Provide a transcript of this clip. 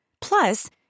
Plus